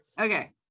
Okay